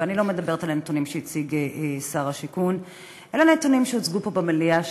ואני לא מדברת על הנתונים שהציג שר השיכון אלא נתונים שהוצגו פה במליאה,